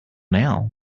now